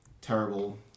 terrible